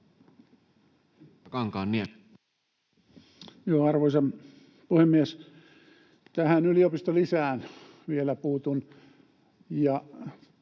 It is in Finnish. Arvoisa puhemies! Tähän yliopistolisään vielä puutun.